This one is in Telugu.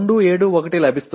271 లభిస్తుంది